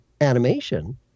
animation